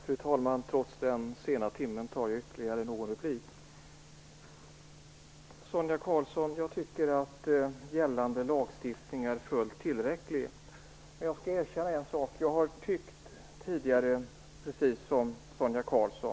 Fru talman! Trots den sena timmen tar jag ytterligare någon replik. Jag tycker att gällande lagstiftning är fullt tillräcklig, Sonia Karlsson. Jag skall erkänna en sak. Jag har tidigare tyckt precis som Sonia Karlsson.